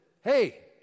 hey